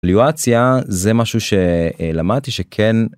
ליאואציה זה משהו שלמדתי שכן.